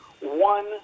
one